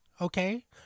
okay